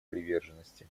приверженности